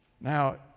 Now